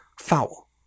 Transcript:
foul